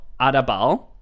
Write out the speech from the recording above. Adabal